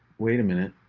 wait a minute,